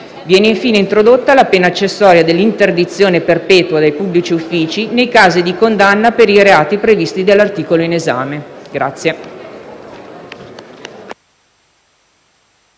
Viene, infine, introdotta la pena accessoria dell'interdizione perpetua dai pubblici uffici nei casi di condanna per i reati previsti dall'articolo in esame.